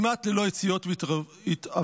כמעט ללא יציאות והתאווררויות.